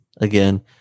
again